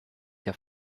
your